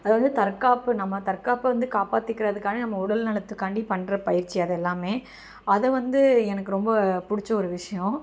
அதை வந்து தற்காப்பு நம்ம தற்காப்பை வந்து காப்பாத்திக்கிறதுக்காண்டி நம்ம உடல்நலத்துக்காண்டி பண்ணுற பயிற்சி அது எல்லாமே அது வந்து எனக்கு ரொம்ப பிடிச்ச ஒரு விஷயம்